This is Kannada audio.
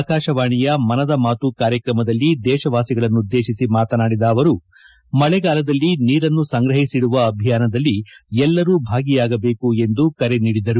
ಆಕಾಶವಾಣಿಯ ಮನದ ಮಾತು ಕಾರ್ಯಕ್ರಮದಲ್ಲಿ ದೇಶವಾಸಿಗಳನ್ನುದ್ದೇಶಿಸಿ ಮಾತನಾಡಿದ ಅವರು ಮಳೆಗಾಲದಲ್ಲಿ ನೀರನ್ನು ಸಂಗ್ರಹಿಸಿಡುವ ಅಭಿಯಾನ ಎಲ್ಲರೂ ಭಾಗಿಯಾಗಬೇಕು ಎಂದು ಅವರು ಕರೆ ನೀಡಿದರು